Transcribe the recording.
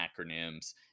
acronyms